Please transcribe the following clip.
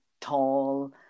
tall